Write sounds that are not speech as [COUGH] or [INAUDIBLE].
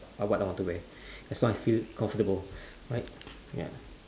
what I want to wear [BREATH] as long I feel comfortable [BREATH] right ya